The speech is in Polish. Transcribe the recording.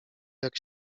jak